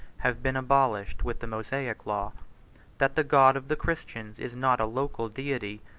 have been abolished with the mosaic law that the god of the christians is not a local deity,